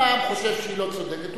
אם העם חושב שהיא לא צודקת,